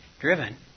driven